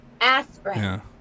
aspirin